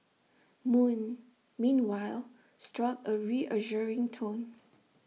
moon meanwhile struck A reassuring tone